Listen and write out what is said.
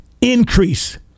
increase